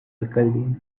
alcaldía